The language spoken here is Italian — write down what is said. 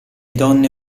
donne